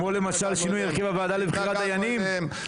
כמו למשל שינוי הרכב הוועדה לבחירת דיינים?